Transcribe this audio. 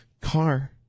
car